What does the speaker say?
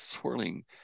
swirling